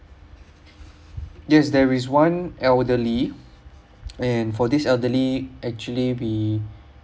yes there is one elderly and for this elderly actually be